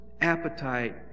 appetite